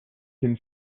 can